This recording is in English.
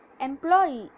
Employee